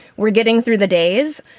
we're getting through the days.